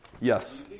Yes